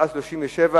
לא, יש לנו תיקונים.